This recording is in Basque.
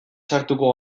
sartuko